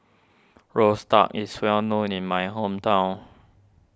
Roasted Duck is well known in my hometown